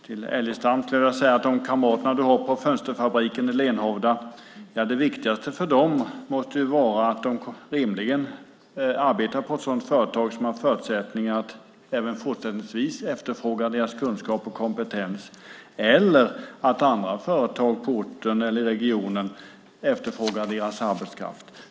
Till Elgestam vill jag säga att det viktigaste för de kamrater du har på fönsterfabriken i Lenhovda rimligen måste vara att de arbetar på ett sådant företag som har förutsättningar att även fortsättningsvis efterfråga deras kunskap och kompetens eller att andra företag på orten eller i regionen efterfrågar deras arbetskraft.